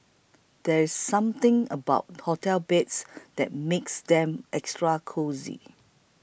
there's something about hotel beds that makes them extra cosy